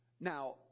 Now –